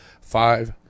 five